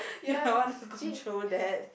you might want to control that